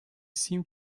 seem